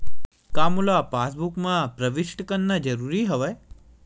का मोला पासबुक म प्रविष्ट करवाना ज़रूरी हवय?